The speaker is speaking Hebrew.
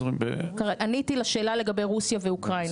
עניתי לשאלה לגבי רוסיה ואוקראינה.